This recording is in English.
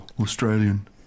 Australian